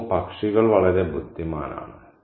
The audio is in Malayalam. അമ്മു പക്ഷികൾ വളരെ ബുദ്ധിമാനാണ്